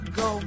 go